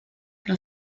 que